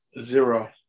Zero